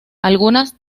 algunas